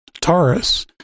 Taurus